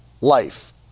life